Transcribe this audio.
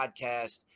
podcast